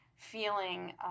feeling